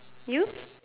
you